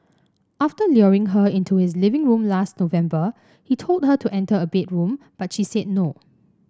after luring her into his living room last November he told her to enter a bedroom but she said no